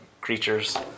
creatures